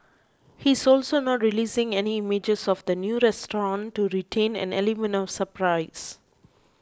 he's also not releasing any images of the new restaurant to retain an element of surprise